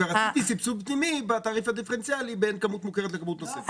כבר עשיתי סבסוד פנימי בתעריף הדיפרנציאלי בין כמות מוכרת לכמות נוספת.